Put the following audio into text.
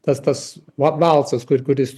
tas tas va valsas kur kuris